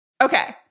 Okay